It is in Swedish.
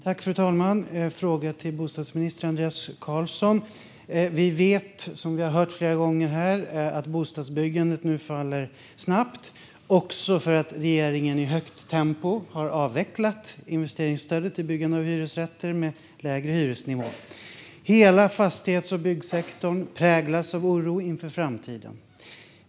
Fru talman! Jag har en fråga till bostadsminister Andreas Carlson. Vi vet och har hört flera gånger här att bostadsbyggandet nu faller snabbt, också för att regeringen i högt tempo har avvecklat investeringsstödet till byggande av hyresrätter med lägre hyresnivå. Hela fastighets och byggsektorn präglas av oro inför framtiden.